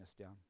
down